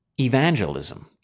evangelism